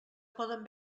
poden